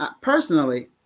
personally